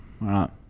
Right